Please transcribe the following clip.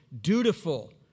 dutiful